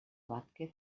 vázquez